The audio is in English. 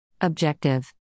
Objective